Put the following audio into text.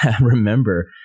remember